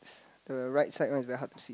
the right side one it's very hard to see